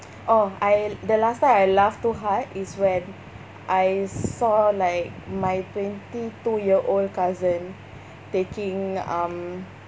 oh I the last time I laugh too hard is when I saw like my twenty-two year old cousin taking um